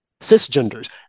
cisgenders